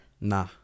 Nah